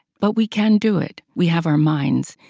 but we can do it. we have our minds,